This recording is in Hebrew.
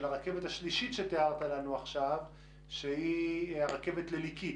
הרכבת השלישית שתיארת לנו עכשיו שהיא הרכבת לליקית.